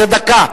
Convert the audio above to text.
זאת דקה.